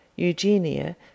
Eugenia